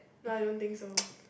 now I don't think so